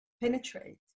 penetrate